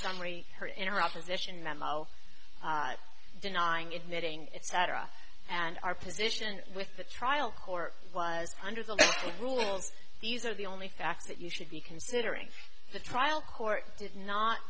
summary her in her opposition memo denying admitting etc and our position with the trial court was under the rules these are the only facts that you should be considering the trial court did not